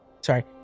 sorry